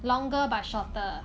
longer but shorter